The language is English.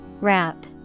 Wrap